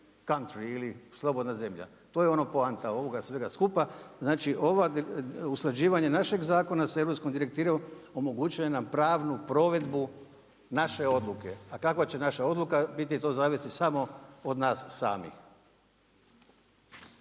country ili slobodna zemlja. To je ono poanta onoga svega skupa. Znači usklađivanje našeg zakona sa europskom direktivom omogućuje nam pravnu provedbu naše odluke. A kakva će naša odluka biti, to zavisi samo od nas samih.